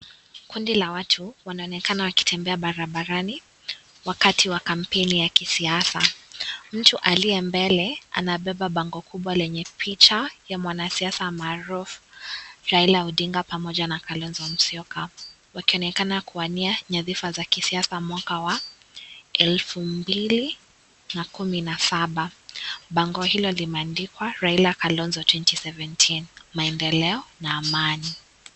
Kundi la watu, wanaonekana wakitembea barabarani wakati wa kampeni ya kisiasa. Mtu aliye mbele, anabeba bango kubwa lenye picha ya mwanasiasa maarufu ,Raila Odinga pamoja na Kalonzo Musyoka. Wakionekana kuwania nyadhifa za kisiasa mwaka wa 2017.Bango hilo limeandikwa Raila, Kalonzo 2017,maendeleo na amani.